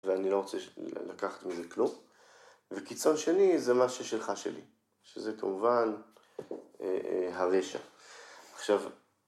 ואני לא רוצה לקחת מזה כלום. וכיצון שני, זה משה שלך שלי. שזה כמובן הרשע. עכשיו...